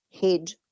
head